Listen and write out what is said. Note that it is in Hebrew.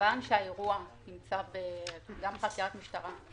כמובן שהאירוע נמצא גם בחקירת משטרה,